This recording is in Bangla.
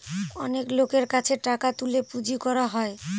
অনেক লোকের কাছে টাকা তুলে পুঁজি করা হয়